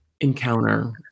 encounter